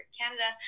canada